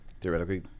theoretically